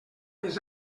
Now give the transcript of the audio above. més